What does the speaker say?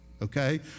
Okay